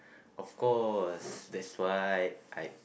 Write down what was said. of course that's why I